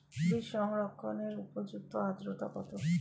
বীজ সংরক্ষণের উপযুক্ত আদ্রতা কত?